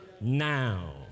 now